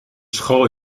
school